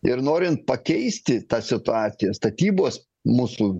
ir norint pakeisti tą situaciją statybos mūsų